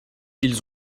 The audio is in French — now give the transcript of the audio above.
ils